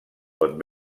pot